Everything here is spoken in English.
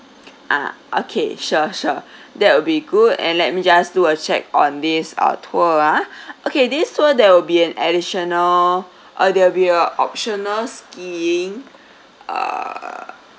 ah okay sure sure that will be good and let me just do a check on this uh tour ah okay this tour there will be an additional uh there will be a optional skiing uh